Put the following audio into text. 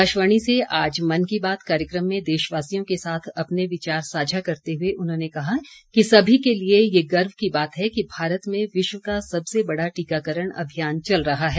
आकाशवाणी से आज मन की बात कार्यक्रम में देशवासियों के साथ अपने विचार साझा करते हुए उन्होंने कहा कि सभी के लिए यह गर्व की बात है कि भारत में विश्व का सबसे बड़ा टीकाकरण अभियान चल रहा है